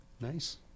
Nice